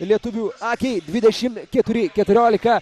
lietuvių akiai dvidešimt keturi keturiolika